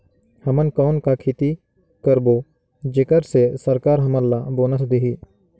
हमन कौन का खेती करबो जेकर से सरकार हमन ला बोनस देही?